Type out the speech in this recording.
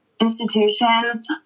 institutions